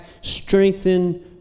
strengthen